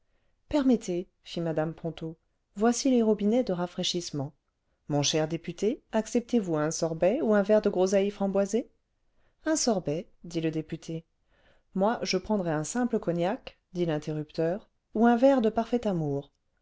permettez fit mme ponto voici les robinets de rafraîchissements mon cher député acceptez-vous un sorbet ou un verre de groseille franiboisée un sorbet dit le député moi je prendrai un simple cognac dit l'interrupteur ou un verre de parfait